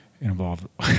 involved